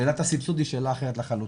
שאלת הסיבסוד היא שאלה אחרת לחלוטין.